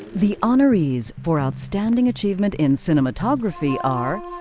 the honorees for outstanding achievement in cinematography are